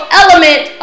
element